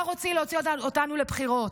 ואתה רוצה להוציא אותנו לבחירות.